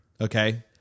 okay